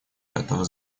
этого